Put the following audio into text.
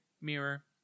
mirror